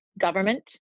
government